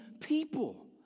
people